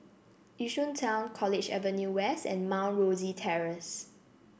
Yishun Town College Avenue West and Mount Rosie Terrace